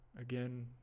again